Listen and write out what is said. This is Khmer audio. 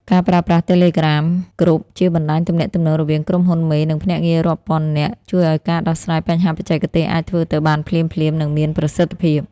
ការប្រើប្រាស់ Telegram Group ជាបណ្ដាញទំនាក់ទំនងរវាងក្រុមហ៊ុនមេ និងភ្នាក់ងាររាប់ពាន់នាក់ ជួយឱ្យការដោះស្រាយបញ្ហាបច្ចេកទេសអាចធ្វើទៅបានភ្លាមៗ និងមានប្រសិទ្ធភាព។